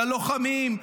ללוחמים,